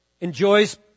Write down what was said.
enjoys